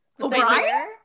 O'Brien